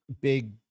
big